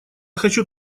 хочу